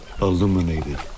illuminated